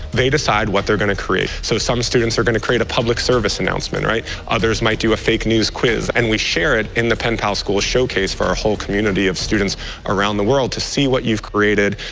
they decide what they're gonna create. so some students are gonna create a public service announcement. other might do a fake news quiz and we share it in the penpals schools showcase for our whole community of students around the world. to see what you've created,